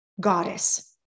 goddess